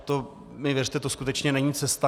To mi věřte, to skutečně není cesta.